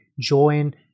Join